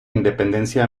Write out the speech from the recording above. independencia